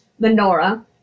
menorah